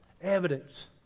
evidence